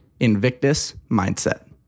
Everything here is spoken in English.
InvictusMindset